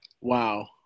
Wow